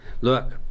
look